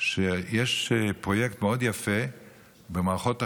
שיש פרויקט מאוד יפה במערכות החינוך,